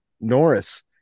Norris